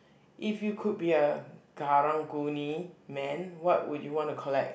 if you could be a karang-guni man what would you want to collect